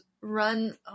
run